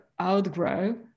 outgrow